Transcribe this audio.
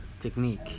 technique